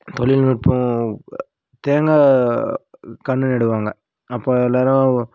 தொழில்நுட்பம் தேங்காய் கண்ணு நடுவாங்கள் அப்போ எல்லோரும்